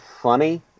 funny